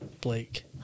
Blake